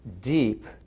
deep